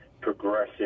progressive